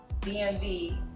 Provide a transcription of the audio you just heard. DMV